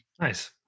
Nice